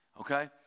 okay